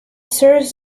serves